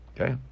Okay